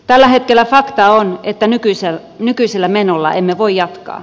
tällä hetkellä fakta on että nykyisellä menolla emme voi jatkaa